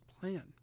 plan